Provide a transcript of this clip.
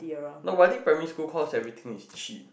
no but I think primary school cause everything is cheap